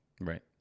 Right